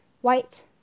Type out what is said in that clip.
White